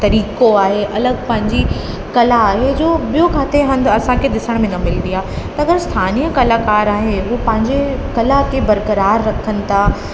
तरीक़ो आहे अलॻि पंहिंजी कला आहे जो ॿियो किथे हंध असांखे ॾिसण में न मिलंदी आहे अगरि स्थानीअ कलाकार आहे उहे पंहिंजी कला खे बरकरार रखनि था